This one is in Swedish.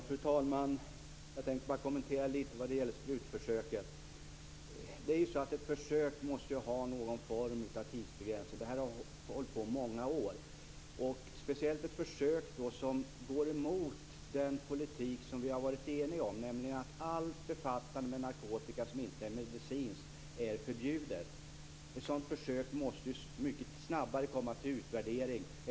Fru talman! Jag tänkte bara litet kommentera det här med sprutförsöket. Ett försök måste ju ha någon form av tidsbegränsning. Det här har hållit på i många år. Speciellt ett sådant här försök som går emot den politik som vi har varit eniga om, nämligen att all befattning med narkotika som inte är medicinsk är förbjuden, måste mycket snabbare komma till utvärdering.